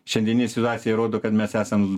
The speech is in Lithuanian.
šiandieninė situacija rodo kad mes esam